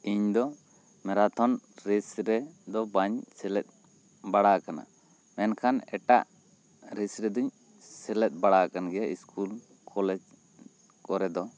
ᱤᱧ ᱫᱚ marathon race ᱨᱮᱫᱚ ᱵᱟᱹᱧ ᱥᱮᱞᱮᱫ ᱵᱟᱲᱟ ᱟᱠᱟᱱᱟ ᱮᱱᱠᱷᱟᱱ ᱮᱴᱟᱜ ᱨᱮᱥ ᱨᱮᱫᱚ ᱧ ᱥᱮᱞᱮᱫ ᱵᱟᱲᱟ ᱟᱠᱟᱱ ᱜᱮᱭᱟ ᱤᱥᱠᱩᱞ ᱠᱚᱞᱮᱡᱽ ᱠᱚᱨᱮ ᱫᱚ